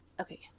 Okay